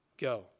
go